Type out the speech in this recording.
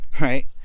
right